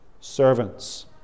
servants